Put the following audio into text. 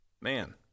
Man